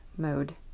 mode